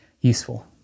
useful